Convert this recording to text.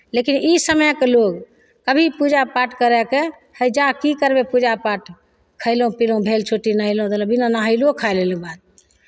लेकिन ई समयके लोग कभी पूजा पाठ करयके हय जा की करबै पूजा पाठ खयलहुँ पीलहुँ भेल छुट्टी नहेलहुँ धोलहुँ बिना नहेलहुँ खाय लेलहुँ